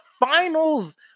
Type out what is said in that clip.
finals